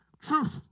Truth